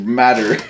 matter